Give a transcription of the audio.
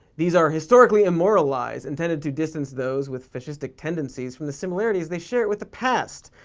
these are historically immoral lies intended to distance those with fascistic tendencies from the similarities they share with the past.